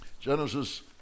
Genesis